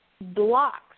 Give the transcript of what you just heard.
blocks